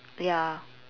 ya